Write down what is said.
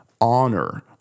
honor